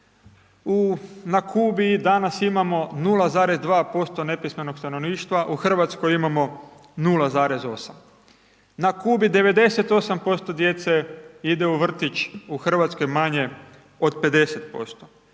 na Kubi danas imamo 0,2% nepismenog stanovništva u Hrvatskoj imamo 0,8, na Kubi 98% djece ide u vrtić u Hrvatskoj manje od 50%,